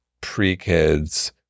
pre-kids-